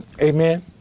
Amen